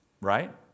Right